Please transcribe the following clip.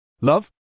Love